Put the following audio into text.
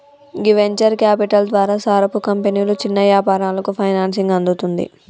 గీ venture capital ద్వారా సారపు కంపెనీలు చిన్న యాపారాలకు ఫైనాన్సింగ్ అందుతుంది